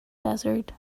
desert